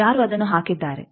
ಯಾರು ಅದನ್ನು ಹಾಕಿದ್ದಾರೆ